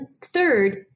third